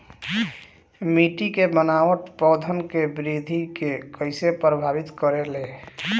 मिट्टी के बनावट पौधन के वृद्धि के कइसे प्रभावित करे ले?